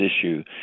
issue